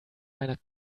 meiner